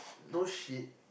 no shit